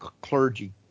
clergy